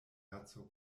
herzog